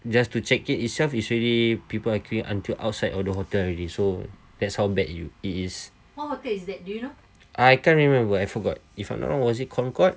just to check it itself is really people queuing until outside of the hotel already so that's how bad it is I can't remember I forgot if I'm not wrong was it concord